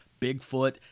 Bigfoot